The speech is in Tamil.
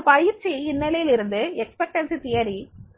ஒரு பயிற்சி இந்நிலையிலிருந்து எதிர்பார்ப்பு கோட்பாடு